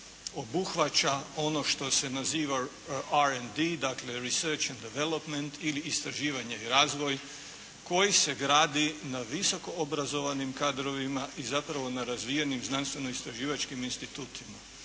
obuhvaća ono što se naziva "R In D" dakle reserch in development istraživanje i razvoj koji se gradi na visoko obrazovanim kadrovima i zapravo na razvijenim znanstveno istraživačkim institutima.